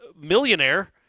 millionaire